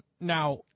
Now